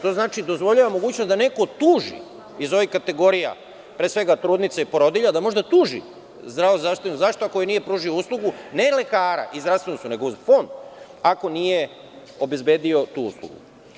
To znači dozvoljava mogućnost da neko tuži iz ovih kategorija, pre svega trudnica i porodilja, da može da tuži Zavod za zdravstvenu zaštitu, ako joj nije pružio uslugu ne lekara i zdravstvenu uslugu, nego fond ako nije obezbedio tu uslugu.